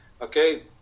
Okay